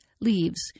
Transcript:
leaves